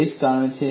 એ જ કારણ છે